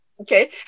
okay